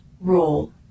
Roll